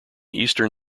eastern